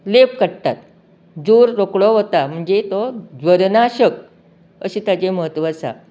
लेप काडटात जोर रोखडोच वता म्हणजे तो जव्रनाशक अशें ताचें म्हत्व आसा